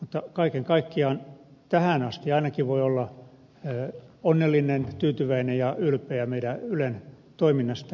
mutta kaiken kaikkiaan tähän asti ainakin voi olla onnellinen tyytyväinen ja ylpeä meidän ylen toiminnasta